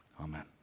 Amen